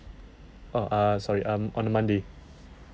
oh ah sorry um on the monday